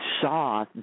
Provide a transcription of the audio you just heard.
saw